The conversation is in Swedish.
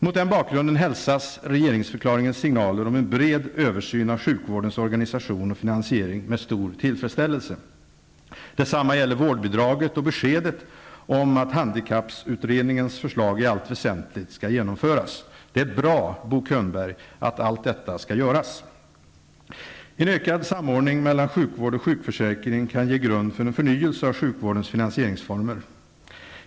Mot den bakgrunden hälsas regeringsförklaringens signaler om en bred översyn av sjukvårdens organisation och finansiering med stor tillfredsställelse. Detsamma gäller vårdbidraget och beskedet om att handikapputredningens förslag i allt väsentligt skall genomföras. Det är bra, Bo könberg, att allt detta skall göras! En ökad samordning mellan sjukvård och sjukförsäkring kan ge grund för en förnyelse av sjukvårdens finansieringsreformer.